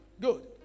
good